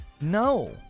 No